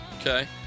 Okay